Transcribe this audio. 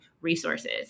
resources